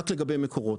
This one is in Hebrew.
רק לגבי מקורות.